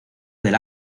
del